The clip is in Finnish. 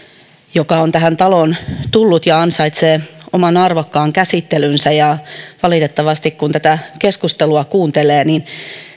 joka on tähän taloon tullut ja ansaitsee oman arvokkaan käsittelynsä valitettavasti kun tätä keskustelua kuuntelee